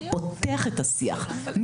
פותח את השיח,